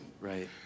Right